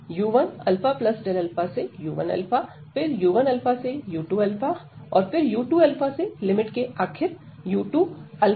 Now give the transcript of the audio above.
u1αसे u1 फिर u1 से u2 और फिर u2 से लिमिट के आखिर u2αΔα तक